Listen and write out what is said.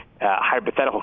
hypothetical